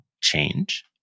change